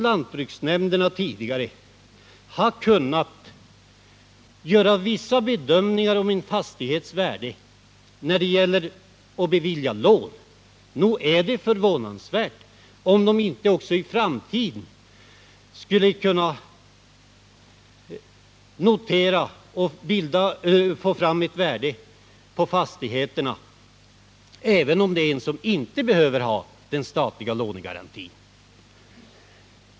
Lantbruksnämnderna har tidigare kunnat göra vissa bedömningar om en fastighets värde när det gällt att bevilja lån. Nog är det då förvånansvärt om de inte också i framtiden skulle kunna få fram ett värde på fastigheterna, även om det är fråga om en köpare som inte behöver ha den statliga lånegarantin.